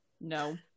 no